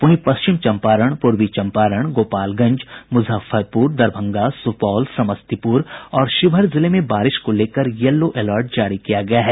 वहीं पश्चिम चंपारण प्रर्वी चंपारण गोपालगंज मुजफ्फरपुर दरभंगा सुपौल समस्तीपुर और शिवहर जिले में बारिश को लेकर यलो अलर्ट जारी किया गया है